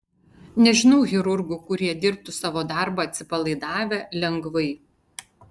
nežinau chirurgų kurie dirbtų savo darbą atsipalaidavę lengvai